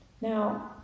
Now